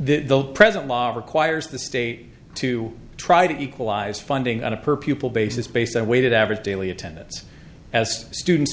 they'll present law requires the state to try to equalize funding on a per pupil basis based on a weighted average daily attendance as students